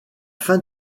fin